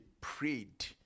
prayed